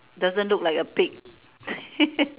doesn't look like a pig